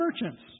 merchants